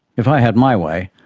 if i had my way,